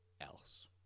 else